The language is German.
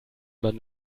man